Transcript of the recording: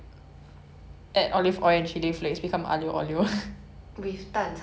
I don't know but okay so is that the next thing that you're gonna try to make again